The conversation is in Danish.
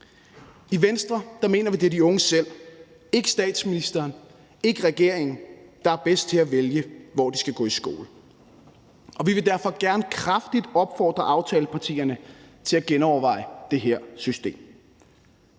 I Venstre mener vi, at det er de unge selv – ikke statsministeren, ikke regeringen – der er bedst til at vælge, hvor de skal gå i skole. Vi vil derfor gerne kraftigt opfordre aftalepartierne til at genoverveje det her system.